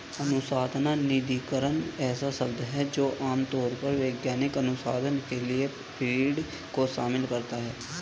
अनुसंधान निधिकरण ऐसा शब्द है जो आम तौर पर वैज्ञानिक अनुसंधान के लिए फंडिंग को शामिल करता है